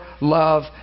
love